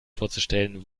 vorzustellen